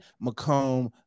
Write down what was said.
Macomb